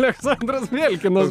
aleksandras belkinas